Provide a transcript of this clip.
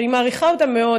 שאני מעריכה אותה מאוד,